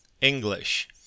English